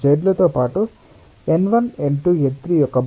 నాల్గవ సర్ఫేస్ ఉంది ఇది నిజంగా వెనుక సర్ఫేస్ ఇది x y లేదా z వెంట సాధారణం కాదు